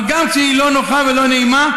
אבל גם כשהיא לא נוחה ולא נעימה,